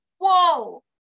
Whoa